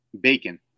Bacon